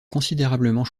considérablement